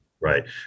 Right